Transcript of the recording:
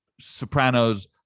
Sopranos